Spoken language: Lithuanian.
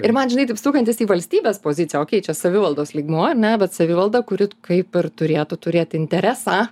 ir man žinai taip sukantis į valstybės poziciją ok čia savivaldos lygmuo ar ne bet savivalda kuri kaip ir turėtų turėt interesą